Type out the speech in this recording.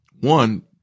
one